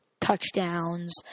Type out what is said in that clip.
touchdowns